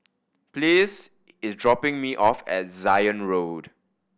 Pleas is dropping me off at Zion Road